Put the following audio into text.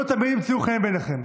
זה לא תמיד ימצאו חן בעיניכם.